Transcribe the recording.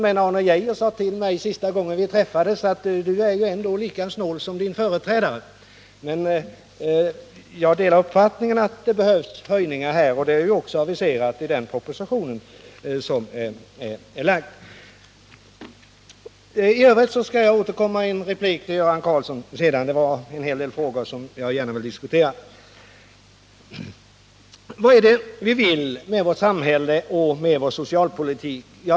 Men Arne Geijer sade till mig sista gången vi träffades: Du är ju ändå lika snål som din företrädare. Jag delar uppfattningen att det behövs höjningar här, och det är också aviserat i den proposition som är framlagd. I övrigt skall jag återkomma i en replik till Göran Karlsson sedan. Det finns en hel del frågor som jag gärna vill diskutera. Vad är det vi vill med vårt samhälle och vår socialpolitik?